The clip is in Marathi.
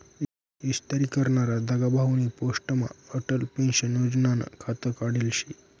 इस्तरी करनारा दगाभाउनी पोस्टमा अटल पेंशन योजनानं खातं काढेल शे